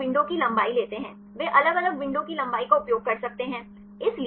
फिर वे विंडो की लंबाई लेते हैं वे अलग अलग विंडो की लंबाई का उपयोग कर सकते हैं